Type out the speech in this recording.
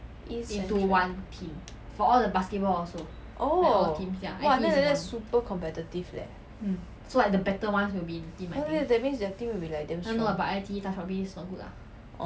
east central and oh !wah! then like that super competitive leh then like that their team will be like damn strong